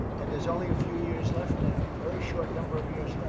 and there's only a few years left now. very short number of years and